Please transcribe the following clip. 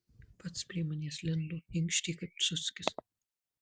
pats prie manęs lindo inkštė kaip ciuckis